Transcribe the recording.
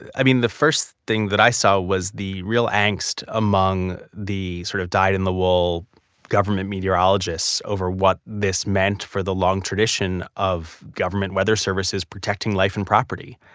i mean the first thing that i saw was the real angst among the sort of dyed in the wool government meteorologists over what this meant for the long tradition of government weather services protecting life and property,